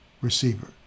receiver